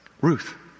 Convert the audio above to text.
Ruth